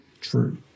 true